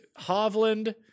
Hovland